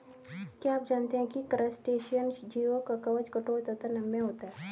क्या आप जानते है क्रस्टेशियन जीवों का कवच कठोर तथा नम्य होता है?